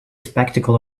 spectacle